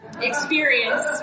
Experience